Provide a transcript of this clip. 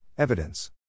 Evidence